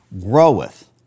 groweth